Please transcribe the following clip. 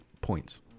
points